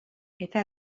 eta